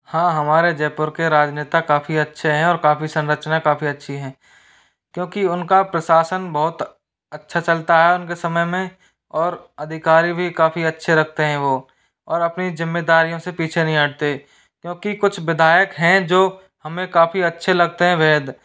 हाँ हमारे जयपुर के राजनेता काफ़ी अच्छे हैं क्योंकि और काफ़ी संरचना काफ़ी अच्छी हैं क्योंकि उनका प्रशासन बहुत अच्छा चलता है उनके समय में और अधिकारी भी काफ़ी अच्छे रखते हैं वो और अपनी जिम्मेदारियों से पीछे नहीं हटते क्योंकि कुछ विधायक हैं जो हमें काफ़ी अच्छे लगते हैं वेद